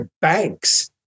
banks